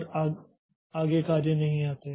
और आगे कार्य नहीं आते